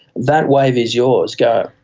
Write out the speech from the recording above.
that wave is yours, go.